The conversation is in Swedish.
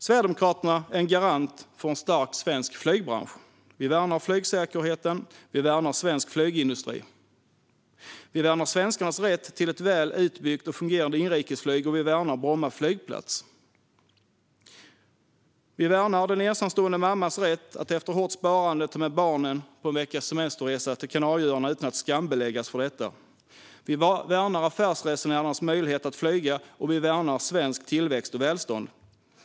Sverigedemokraterna är en garant för en stark svensk flygbransch. Vi värnar flygsäkerheten, vi värnar svensk flygindustri, vi värnar svenskarnas rätt till ett väl utbyggt och fungerande inrikesflyg och vi värnar Bromma flygplats. Vi värnar den ensamstående mammans rätt att efter idogt sparande ta med barnen på en veckas semesterresa till Kanarieöarna utan att skambeläggas för detta. Vi värnar affärsresenärernas möjlighet att flyga, och vi värnar svensk tillväxt och svenskt välstånd.